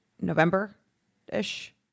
November-ish